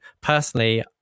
personally